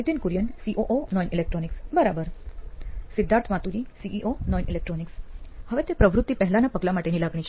Nithin Kurian COO નોઇન electronics બરાબર Siddharth Maturi CEO નોઇન ઇલેક્ટ્રોનિક્સ હવે તે પ્રવૃત્તિ 'પહેલાં' ના પગલાં માટેની લાગણી છે